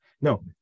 No